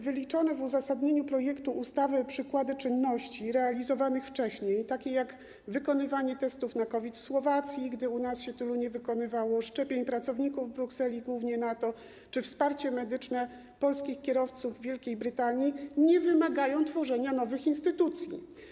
Wyliczone w uzasadnieniu projektu ustawy przykłady czynności realizowanych wcześniej, takie jak wykonywanie testów na COVID-19 na Słowacji, gdy u nas się tylu nie wykonywało, wykonywanie szczepień pracowników w Brukseli, głównie pracowników NATO, czy wsparcie medyczne polskich kierowców w Wielkiej Brytanii nie wymagają tworzenia nowych instytucji.